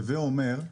כרגע,